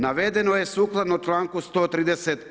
Navedeno je sukladno članku 130.